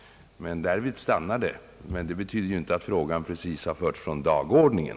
Därvid stannar det, men det betyder inte precis att frågan förts från dagordningen.